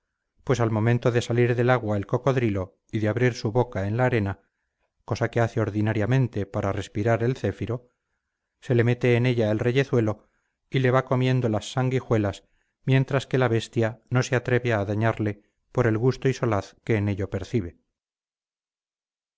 pues al momento de salir del agua el cocodrilo y de abrir su boca en la arena cosa que hace ordinariamente para respirar el céfiro se le mete en ella el reyezuelo y le va comiendo las sanguijuelas mientras que la bestia no se atreve a dañarle por el gusto y solaz que en ello percibe